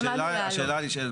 השאלה הנשאלת,